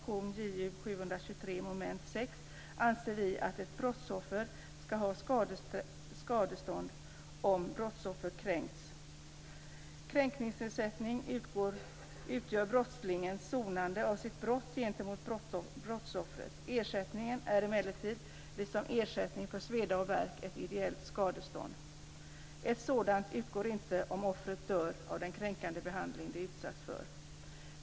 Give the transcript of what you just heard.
Kränkningsersättning utgör brottslingens sonande av sitt brott gentemot brottsoffret. Ersättningen är emellertid, liksom ersättning för sveda och värk, ett ideellt skadestånd. Ett sådant utgår inte om offret dör av den kränkande behandling som det utsätts för.